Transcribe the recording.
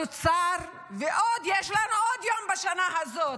התוצר, ויש לנו עוד יום בשנה הזאת,